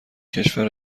کشور